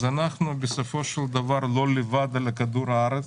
אז אנחנו בסופו של דבר לא לבד על כדור הארץ,